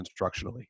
instructionally